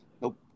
Nope